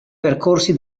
percorsi